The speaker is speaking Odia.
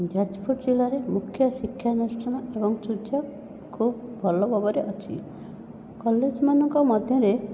ଯାଜପୁର ଜିଲ୍ଲାରେ ମୁଖ୍ୟ ଶିକ୍ଷାନୁଷ୍ଠାନ ଏବଂ ସୁଯୋଗ ଖୁବ ଭଲ ଭାବରେ ଅଛି କଲେଜ ମାନଙ୍କ ମଧ୍ୟରେ